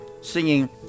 singing